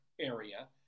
area